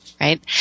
Right